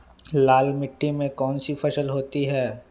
लाल मिट्टी में कौन सी फसल होती हैं?